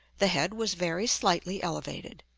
the head was very slightly elevated.